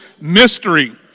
mystery